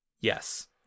yes